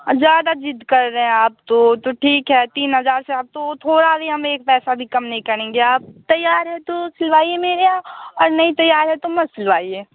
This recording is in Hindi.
ज़्यादा जिद कर रहे हैं आप तो तो ठीक है तीन हजार से आप तो थोड़ा भी हम एक पैसा भी कम नहीं करेंगे आप तैयार हैं तो सिलवाइए मेरे यहाँ और नहीं तैयार है तो मत सिलवाइए